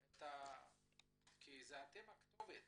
כי אתם הכתובת